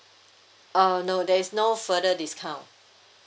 uh no there is no further discount